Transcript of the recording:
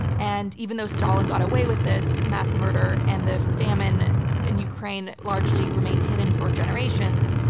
and even though stalin got away with this mass murder and the famine in ukraine largely remained hidden for generations,